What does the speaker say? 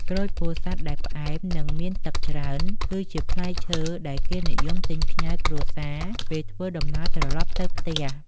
ក្រូចពោធិ៍សាត់ដែលផ្អែម និងមានទឹកច្រើន គឺជាផ្លែឈើដែលគេនិយមទិញផ្ញើគ្រួសារពេលធ្វើដំណើរត្រឡប់ទៅផ្ទះ។